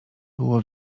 było